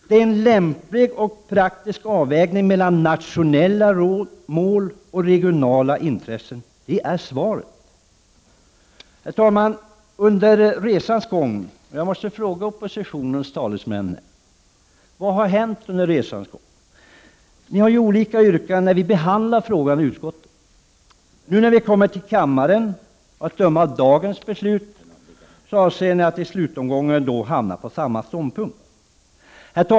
Det är en lämplig och praktisk avvägning mellan nationella mål och regionala intressen. Det är svaret. Herr talman! Jag måste fråga oppositionens talesmän: Vad har hänt under resans gång? Ni hade olika yrkanden när vi behandlade frågan i utskottet. När ärendet nu kommit till kammaren, avser ni, att döma av dagens yrkanden, att hamna på samma ståndpunkt.